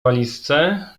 walizce